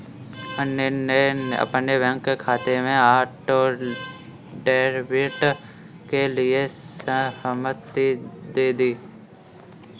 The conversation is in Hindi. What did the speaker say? अनिल ने अपने बैंक खाते में ऑटो डेबिट के लिए सहमति दे दी